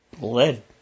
lead